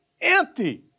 empty